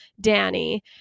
Danny